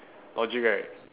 logic right